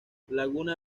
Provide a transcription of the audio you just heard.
laguna